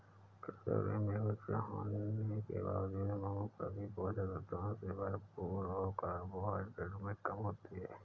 calorie में उच्च होने के बावजूद, मूंगफली पोषक तत्वों से भरपूर और कार्बोहाइड्रेट में कम होती है